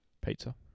pizza